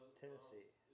tennessee